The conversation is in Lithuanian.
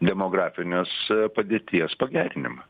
demografinės padėties pagerinimą